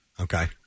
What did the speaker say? Okay